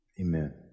Amen